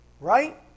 Right